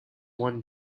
one